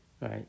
Right